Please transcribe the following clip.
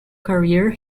career